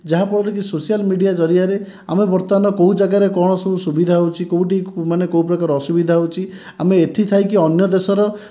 ଯାହାଫଳରେ କି social media ଜରିଆରେ ଆମେ ବର୍ତ୍ତମାନ କେଉଁ ଜାଗାରେ କ'ଣ ସବୁ ସୁବିଧା ହେଉଛି କେଉଁଠି ମାନେ କେଉଁ ପ୍ରକାର ଅସୁବିଧା ହେଉଛି ଆମେ ଏଇଠି ଥାଇକି ଅନ୍ୟ ଦେଶର